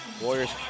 Warriors